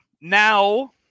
now